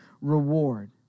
reward